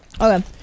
Okay